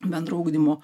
bendro ugdymo